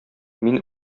мин